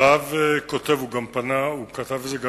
הרב כותב, ואני מבין שהוא גם כתב את זה אלייך: